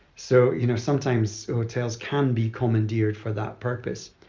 so, you know, sometimes hotels can be commandeered for that purpose.